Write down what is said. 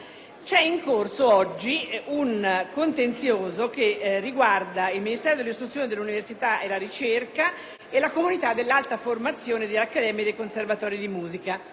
è in corso oggi un contenzioso che riguarda il Ministero dell'istruzione, dell'università e della ricerca e la comunità dell'alta formazione delle accademie e dei conservatori di musica.